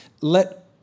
let